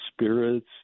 spirits